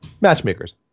matchmakers